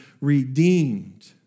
redeemed